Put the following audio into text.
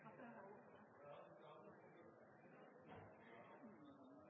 at jeg har